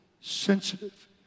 sensitive